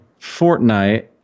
Fortnite